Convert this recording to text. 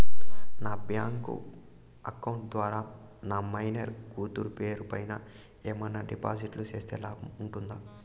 నా bank account ద్వారా నా మైనర్ కూతురు పేరు పైన ఏమన్నా డిపాజిట్లు సేస్తే లాభం ఉంటుందా?